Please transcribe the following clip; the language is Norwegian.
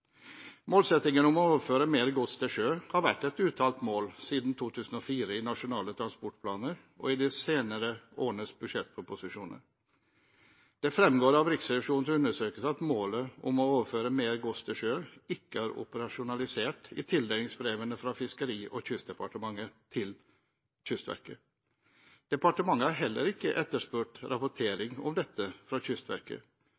Målsettingen om å overføre mer gods til sjø har vært et uttalt mål siden 2004 i nasjonale transportplaner og i de senere årenes budsjettproposisjoner. Det fremgår av Riksrevisjonens undersøkelse at målet om å overføre mer gods til sjø ikke er operasjonalisert i tildelingsbrevene fra det tidligere Fiskeri- og kystdepartementet til Kystverket. Departementet har heller ikke etterspurt